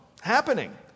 happening